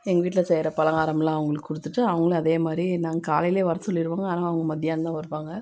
எங்கள் வீட்டில் செய்கிற பலகாரமெலாம் அவங்களுக்கு கொடுத்துட்டு அவங்களும் அதே மாதிரி நாங்கள் காலையிலே வர சொல்லிவிடுவோம் ஆனால் அவங்க மதியானம்தான் வருவாங்க